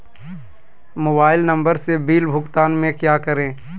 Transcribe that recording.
Mobile number से bill भुगतान में क्या करें?